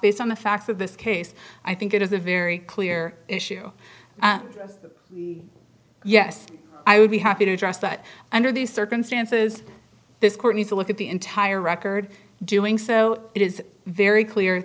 based on the facts of this case i think it is a very clear issue and yes i would be happy to address that under these circumstances this court needs to look at the entire record doing so it is very clear